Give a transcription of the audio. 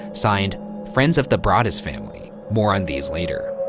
signed friends of the broaddus family. more on these later.